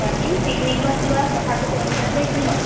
বাকী পিকনিকত যোৱা কথাটো কৈছিলা যে কি হ'ল